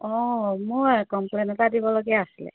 অঁ মই কম্প্লেইণ এটা দিবলগীয়া আছিলে